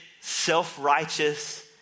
self-righteous